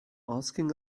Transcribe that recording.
asking